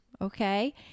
Okay